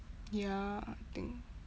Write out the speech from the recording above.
ya I think